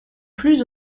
plus